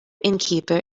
innkeeper